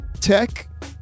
Tech